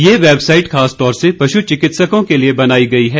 यह वेबसाइट खासतौर से पशुचिकित्सकों के लिए बनाई गयी है